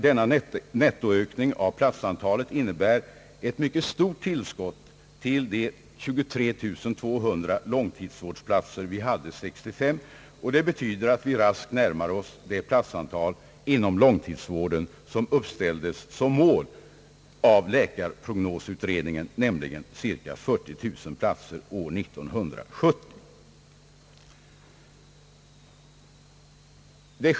Denna nettoökning av platsantalet innebär ett mycket stort tillskott till de 23 200 långtidsvårdsplatser vi hade 1965. Det betyder att vi raskt närmar oss det platsantal inom långtidsvården, som uppställdes som mål av läkarprognosutredningen, nämligen cirka 40 000 platser år 1970.